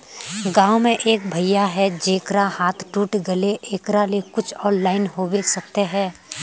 गाँव में एक भैया है जेकरा हाथ टूट गले एकरा ले कुछ ऑनलाइन होबे सकते है?